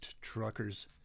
truckers